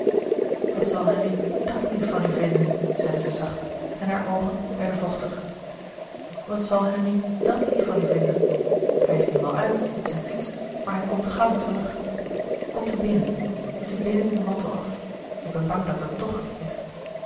wat zal henri dàt lief van u vinden zeide zij zacht en hare oogen werden vochtig wat zal henri dàt lief van u vinden hij is nu wel uit met zijn fiets maar hij komt gauw terug komt u binnen doet u binnen uw mantel af ik ben bang dat het tocht hier